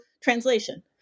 translation